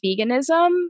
veganism